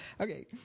Okay